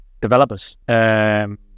developers